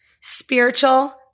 spiritual